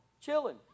chilling